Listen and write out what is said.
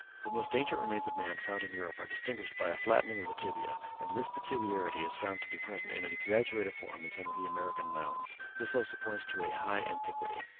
the most ancient remains of man found in europe are distinguished by a flattening of the tibia and this peculiarity is found to be present in an exaggerated form in some of the american mounds. this also points to a high antiquity.